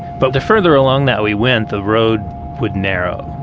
but the further along that we went, the road would narrow.